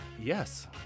yes